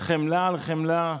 חמלה על חמלה.